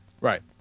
right